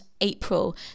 April